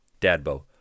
Dadbo